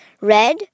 Red